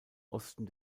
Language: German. osten